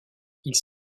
ils